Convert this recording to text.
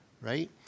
right